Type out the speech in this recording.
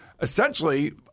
essentially